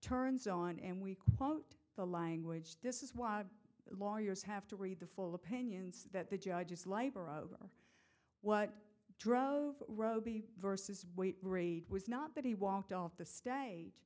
turns on and we quote the language this is why lawyers have to read the full opinions that the judges labor over what drug robey versus weight grade was not that he walked off the stage